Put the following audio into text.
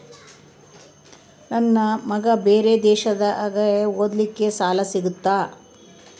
ನನ್ನ ಮಗ ಬೇರೆ ದೇಶದಾಗ ಓದಲಿಕ್ಕೆ ಸಾಲ ಸಿಗುತ್ತಾ?